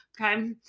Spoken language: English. okay